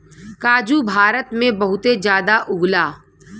काजू भारत में बहुते जादा उगला